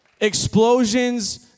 Explosions